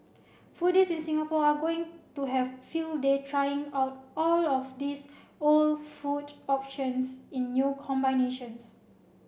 foodies in Singapore are going to have field day trying out all of these old food options in new combinations